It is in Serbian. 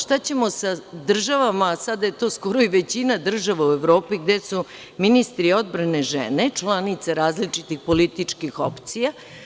Šta ćemo sa državama, sada je to skoro i većina država u Evropi, gde su ministri odbrane žene, članice različitih političkih opcija?